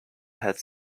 had